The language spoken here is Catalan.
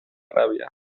ràbia